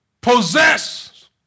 possess